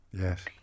Yes